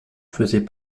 faisaient